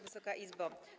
Wysoka Izbo!